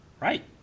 Right